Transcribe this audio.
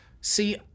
See